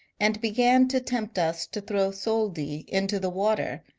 and began to tempt us to throw soldi into the water,